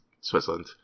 Switzerland